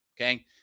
okay